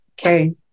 Okay